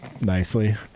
nicely